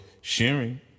sharing